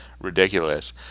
ridiculous